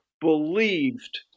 believed